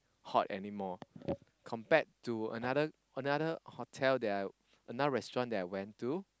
hot anymore compared to another another hotel that I another restaurant that I went to